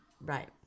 Right